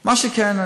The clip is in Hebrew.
מה שכן,